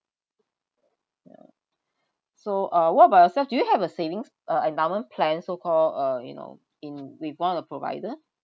yeah so uh what about yourself do you have a savings uh endowment plan so call uh you know in with one of provider